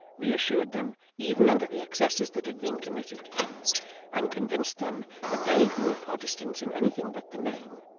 reassured them, even under the excesses that had been committed and convinced them that they who were protestants in anything but the name,